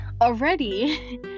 already